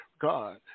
God